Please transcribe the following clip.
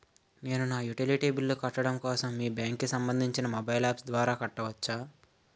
నేను నా utility bills కట్టడం కోసం మీ బ్యాంక్ కి సంబందించిన మొబైల్ అప్స్ ద్వారా కట్టవచ్చా?